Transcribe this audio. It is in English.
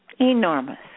enormous